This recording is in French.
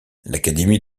l’académie